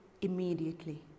immediately